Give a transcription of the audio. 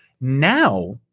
Now